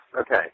okay